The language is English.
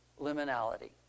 liminality